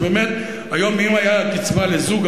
היום זה מינימום קצבה לזוג,